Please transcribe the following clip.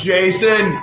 Jason